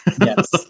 Yes